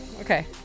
Okay